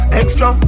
extra